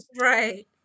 Right